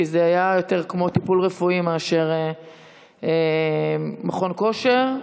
כי זה היה יותר כמו טיפול רפואי מאשר מכון כושר,